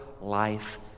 life